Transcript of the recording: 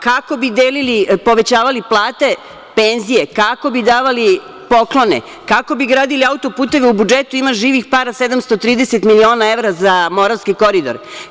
Kako bi povećavali plate i penzije, kako bi davali poklone, kako bi gradili autoputeve, u budžetu ima živih para 730 miliona evra za Moravski koridor?